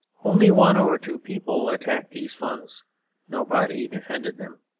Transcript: only one or two people attacked these funds nobody defended them.